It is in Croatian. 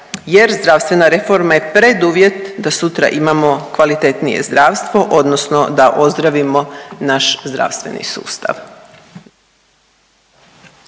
jer zdravstvena reforma je preduvjet da sutra imamo kvalitetnije zdravstvo odnosno da ozdravimo naš zdravstveni sustav.